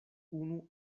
unu